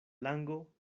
lango